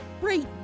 great